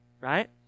right